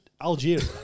Algeria